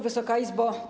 Wysoka Izbo!